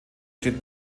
steht